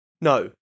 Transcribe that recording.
No